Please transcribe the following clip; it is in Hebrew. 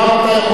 גם אתה.